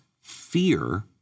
fear